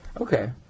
Okay